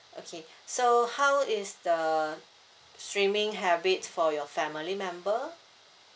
okay so how is the streaming habit for your family member